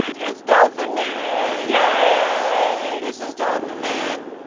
it's dolphin man! yay this is dolphin man.